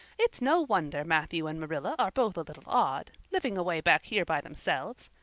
it's no wonder matthew and marilla are both a little odd, living away back here by themselves.